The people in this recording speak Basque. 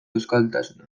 euskaltasuna